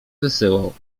wysyłał